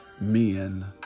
men